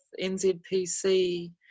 NZPC